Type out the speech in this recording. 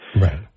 Right